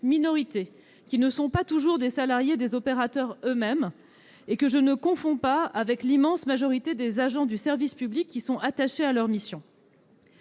grévistes, qui ne sont pas toujours salariés des opérateurs eux-mêmes et que je ne confonds pas avec l'immense majorité des agents du service public, qui sont attachés à leur mission.